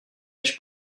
než